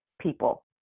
people